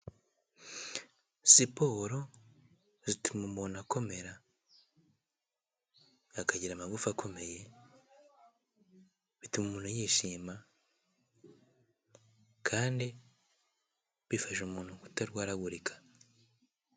Siporo zituma umuntu akomera, akagira amagufa akomeye, bituma umuntu yishima kandi bifasha umuntu kutarwaragurika.